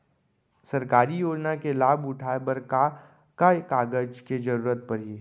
सरकारी योजना के लाभ उठाए बर का का कागज के जरूरत परही